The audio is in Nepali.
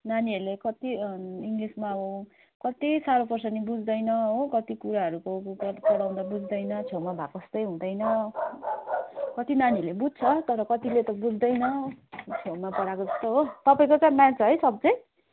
नानीहरूले कति इङ्लिसमा कति साह्रो पर्छ नि बुझ्दैन हो कति कुराहरूको पढाउँदा बुझ्दैन छेउमा भएको जस्तै हुँदैन कति नानीहरूले बुझ्छ तर कतिले त बुझ्दैन छेउमा पढाएको जस्तो हो तपाईँको त म्याच है सब्जेक्ट